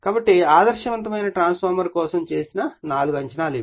కాబట్టి ఆదర్శవంతమైన ట్రాన్స్ఫార్మర్ కోసం చేసిన నాలుగు అంచనాలు ఇవి